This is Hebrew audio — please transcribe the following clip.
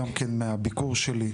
גם כן מהביקור שלי,